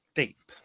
deep